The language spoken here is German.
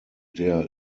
der